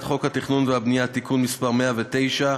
חוק התכנון והבנייה (תיקון מס' 109),